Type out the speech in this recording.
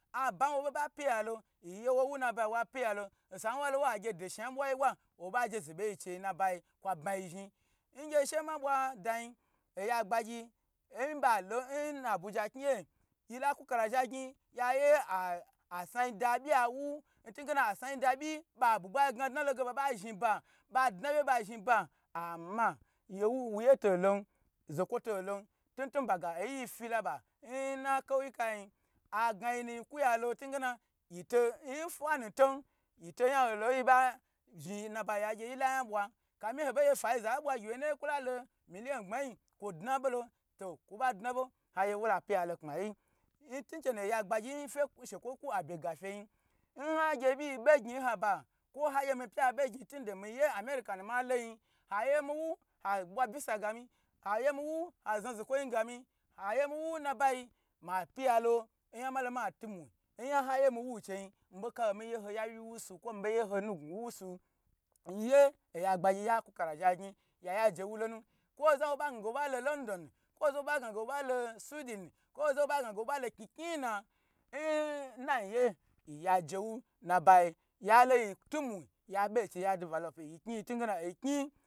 Aba wo bo ba pyi ya lo yiye wo wuna bayi wa pyi ya lo osa wa lo wa gye do sha n bwa yi bwa wo ba je ze be yi chei nnabayi kwa bma yi zhni. nge she ma bwa da yon oyan gbagyi nba lo nabja gyi ye yila kuka la zha gyi yaye asnayi da byi awu ntigena asna yi da byi ba bu gba gna dna loge ba ba zhni ba ba dna wye ba zhi ba ama, ye wu wu ye to lon zokwo to lon tnu tnu ba ga oyi yi fi la ba nna ko wu yika yi agna yi nu ku yala ntigena yito yan hoi lo nyiba zhni nnabayi ya gye yila yan bwa kafi ha gye fa ho be ho bo gye fayi zala gyi wye ba million gbmayin kwo dna bo lo to kwo ba dna bo hagye wola pyi la lo kpa yi nh che nu oya gbagyi nfe skewo ku abya ga fe yin nha gye byi be gyn nha ba kwo na gye mi pya be gyn ge miye amerika nu malon ha ye miwu ha bwa visa ga mi, ha ye mi wu ha zna zo kwo yin ga mi haye mi wu naba yi ma pyi yalo oyan malo ma timwo oyan ha ye mnow chei yin mi be ka be miye ho yawyi su kwo ho nu ga wu su, miye oya gbagyi ya kuka zha gyn ya ye je wu nu, kwa za ba n ge ba ba lo london nu, kwo za ba gna ge wo ba lo sudi di nu, kwo za ba gwa ge wo ba lo kni hna yi na nnn nayin ye, yi ya je wu nabayi ya lo yi tu mwi ya be chei ya develop nyi kni yi ntun ge na oyi kni.